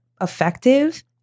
effective